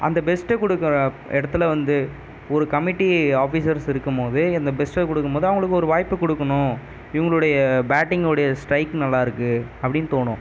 அந்த பெஸ்ட்டை கொடுக்குற இடத்துல வந்து ஒரு கமிட்டி ஆஃபீஸர்ஸ் இருக்கும் போது அந்த பெஸ்ட்டை கொடுக்கும் போது அவங்களுக்கு ஒரு வாய்ப்பு கொடுக்கணும் இவங்களுடைய பேட்டிங்குடைய ஸ்டைக் நல்லாயிருக்கு அப்படினு தோணும்